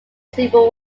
civil